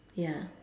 ya